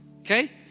Okay